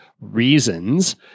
reasons